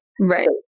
Right